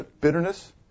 Bitterness